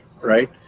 right